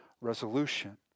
resolution